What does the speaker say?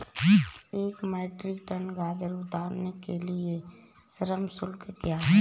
एक metric ton गाजर उतारने के लिए श्रम शुल्क क्या है?